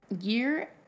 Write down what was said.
year